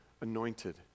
anointed